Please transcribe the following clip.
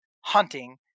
hunting